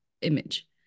image